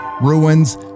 ruins